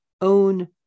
own